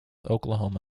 oklahoma